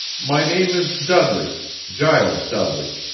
my name is dudley giles dudley.